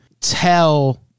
tell